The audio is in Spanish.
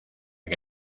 que